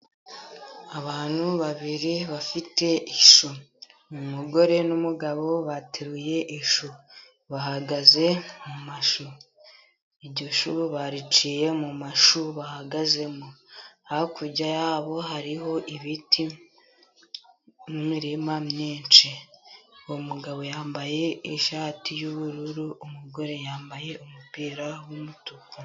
Abantu babiri bafite ishu. Umugore n'umugabo bateruye ishu. Bahagaze mu mashugishu, bariciye mu mashu bahagaze, hakurya yabo hariho ibiti mu mirima myinshi uwo mugabo yambaye ishati y'ubururu, umugore yambaye umupira w'umutuku.